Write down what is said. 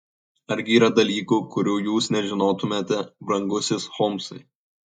argi yra dalykų kurių jūs nežinotumėte brangusis holmsai